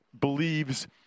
believes